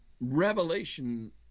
revelation